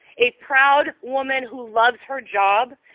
a proud woman who loves her job,